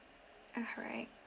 alright